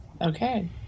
Okay